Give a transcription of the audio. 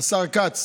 השר כץ